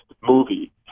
movie